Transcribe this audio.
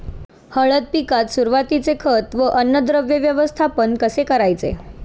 हळद पिकात सुरुवातीचे खत व अन्नद्रव्य व्यवस्थापन कसे करायचे?